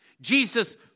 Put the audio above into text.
Jesus